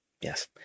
Yes